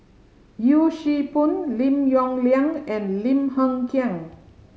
Yee Siew Pun Lim Yong Liang and Lim Hng Kiang